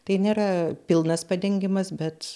tai nėra pilnas padengimas bet